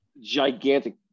Gigantic